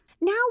Now